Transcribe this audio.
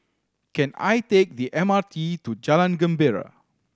can I take the M R T to Jalan Gembira